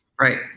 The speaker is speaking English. Right